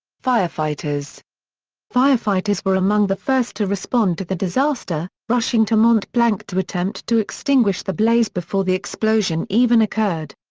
firefighters firefighters were among the first to respond to the disaster, rushing to mont-blanc to attempt to extinguish the blaze before the explosion even occurred.